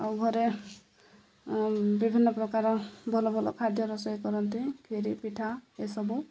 ଆଉ ଘରେ ବିଭିନ୍ନ ପ୍ରକାର ଭଲ ଭଲ ଖାଦ୍ୟ ରୋଷେଇ କରନ୍ତି ଖିରି ପିଠା ଏସବୁ